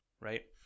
right